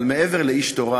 אבל מעבר לאיש תורה,